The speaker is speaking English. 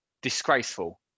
Disgraceful